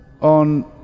On